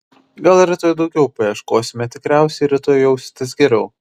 gal rytoj daugiau paieškosime tikriausiai rytoj jausitės geriau